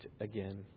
again